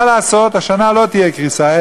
מה לעשות שהשנה לא תהיה קריסה?